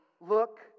look